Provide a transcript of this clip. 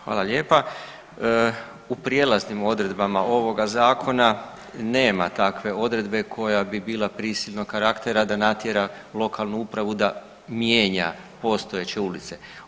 Hvala lijepa, u prijelaznim odredbama ovoga zakona nema takve odredbe koja bi bila prisilnog karaktera da natjera lokalnu upravu da mijenja postojeće ulice.